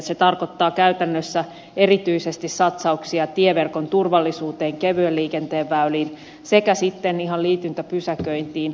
se tarkoittaa käytännössä erityisesti satsauksia tieverkon turvallisuuteen kevyen liikenteen väyliin sekä sitten ihan liityntäpysäköintiin